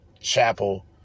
Chapel